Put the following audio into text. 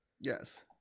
Yes